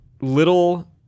little